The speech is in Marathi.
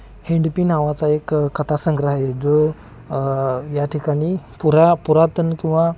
हिंडपी नावाचा एक कथा संग्रह आहे जो या ठिकाणी पुरा पुरातन किंवा